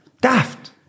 daft